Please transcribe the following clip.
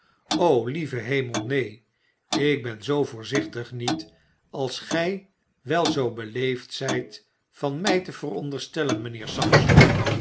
lieve hemel neen ik ben zoo voorzichtig niet als gij wel zoo beleefd zgt van my te veronderstellen mynheer sampson